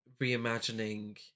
reimagining